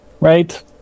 right